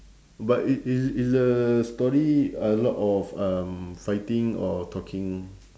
but i~ is is the story a lot of um fighting or talking